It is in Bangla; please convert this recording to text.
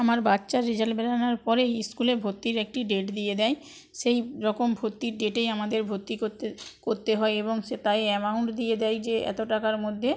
আমার বাচ্চার রেজাল্ট বেরানোর পরেই ইস্কুলের ভর্তির একটি ডেট দিয়ে দেয় সেইরকম ভর্তির ডেটেই আমাদের ভর্তি করতে করতে হয় এবং সে তাই অ্যামাউন্ট দিয়ে দেয় যে এতো টাকার মধ্যে